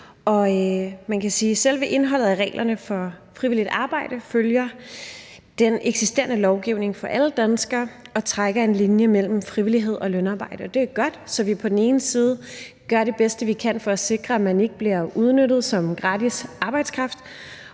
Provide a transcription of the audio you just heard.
selve indholdet af reglerne for frivilligt arbejde følger den eksisterende lovgivning for alle danskere og trækker en linje mellem frivillighed og lønarbejde. Det er godt, så vi på den ene side gør det bedste, vi kan, for at sikre, at man ikke bliver udnyttet som gratis arbejdskraft,